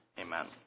Amen